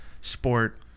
sport